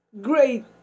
great